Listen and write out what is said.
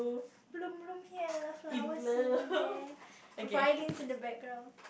bloom bloom here flowers here and there violins in the background